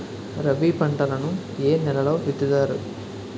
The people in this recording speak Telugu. రబీ పంటలను ఏ నెలలో విత్తుతారు?